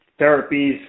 therapies